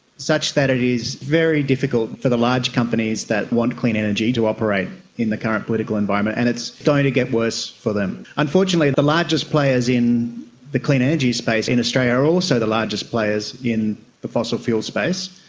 such that it is very difficult for the large companies that want clean energy to operate in the current political environment, and it's going to get worse for them. unfortunately the largest players in the clean energy space in australia are also the largest players in the fossil fuels space.